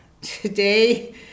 Today